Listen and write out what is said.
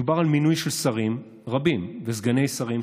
מדובר על מינוי של שרים רבים וסגני שרים,